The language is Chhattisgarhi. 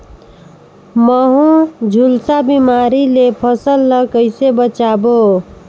महू, झुलसा बिमारी ले फसल ल कइसे बचाबो?